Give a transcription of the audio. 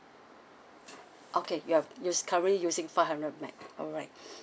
okay you have you're currently using five hundred M_B_P_S alright